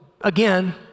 again